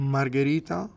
Margherita